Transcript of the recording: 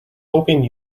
hoping